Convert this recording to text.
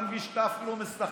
אתה מבין שאתה אפילו מסכן